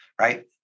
right